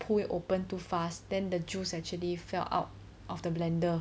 pull it open too fast then the juice actually fell out of the blender